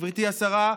גברתי השרה,